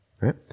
right